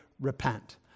repent